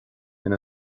ina